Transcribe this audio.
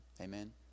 Amen